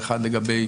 האחד לגבי